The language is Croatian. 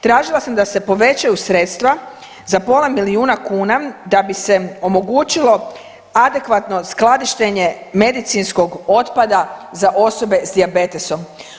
Tražila sam da se povećaju sredstva za pola milijuna kuna da bi se omogućilo adekvatno skladištenje medicinskog otpada za osobe s dijabetesom.